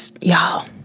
y'all